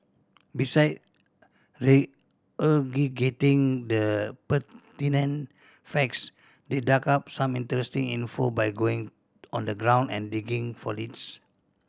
beside regurgitating the pertinent facts they dug up some interesting info by going on the ground and digging for leads